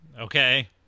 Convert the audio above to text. Okay